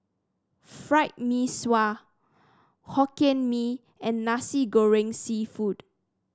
Fried Mee Sua Hokkien Mee and Nasi Goreng seafood